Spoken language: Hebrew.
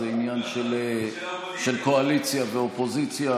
זה עניין של קואליציה ואופוזיציה.